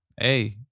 Hey